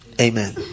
Amen